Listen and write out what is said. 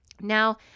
Now